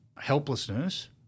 helplessness